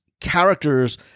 characters